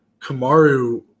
Kamaru